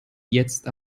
jetzt